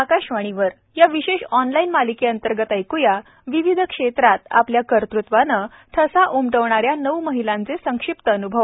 आकाशवाणी या विशेष ऑनलाइन मालिकेअंतर्गत ऐक्या विविध क्षेत्रात आपल्या कर्तूत्वाने ठसा उमटविणाऱ्या नऊ महिलांचे संक्षिप्त अन्भव